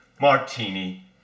Martini